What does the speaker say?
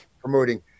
promoting